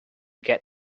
get